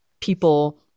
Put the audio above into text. people